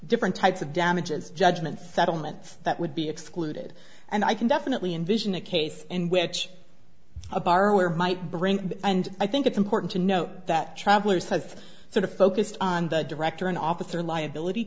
different types of damages judgment settlements that would be excluded and i can definitely envision a case in which a borrower might bring and i think it's important to note that travelers have sort of focused on the director and officer liability